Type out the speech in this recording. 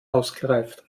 ausgereift